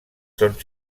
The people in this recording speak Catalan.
són